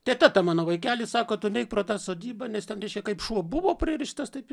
teta ta mano vaikeli sako tu neik pro tą sodybą nes ten reiškia kaip šuo buvo pririštas taip jis